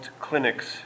clinics